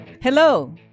Hello